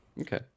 Okay